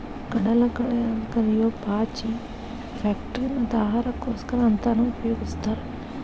ಕಡಲಕಳೆ ಅಂತ ಕರಿಯೋ ಪಾಚಿ ಫ್ಯಾಕ್ಟರಿ ಮತ್ತ ಆಹಾರಕ್ಕೋಸ್ಕರ ಅಂತಾನೂ ಉಪಯೊಗಸ್ತಾರ